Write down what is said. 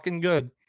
good